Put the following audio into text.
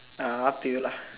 uh up to you lah